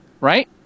right